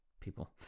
people